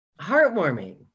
heartwarming